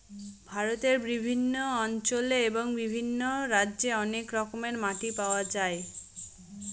ভারতের বিভিন্ন অঞ্চলে এবং বিভিন্ন রাজ্যে অনেক রকমের মাটি পাওয়া যায়